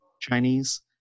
Chinese